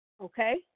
Okay